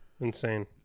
Insane